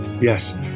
Yes